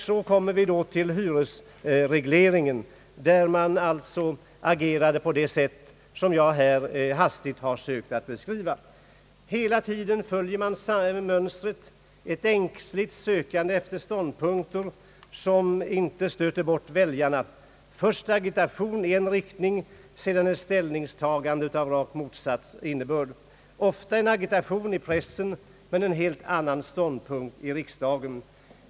Så kommer vi då till hyresregleringen, där man alltså agerat på det sätt som jag här hastigt har sökt att beskriva. Hela tiden följer man mönstret: ängsligt sökande efter ståndpunkter som inte stöter bort väljarna. Först agitation i en riktning, sedan ett ställningstagande av rakt motsatt innebörd. Ofta en agitation i pressen, men en helt annan ståndpunkt i riksdagen.